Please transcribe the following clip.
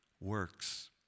works